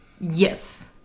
Yes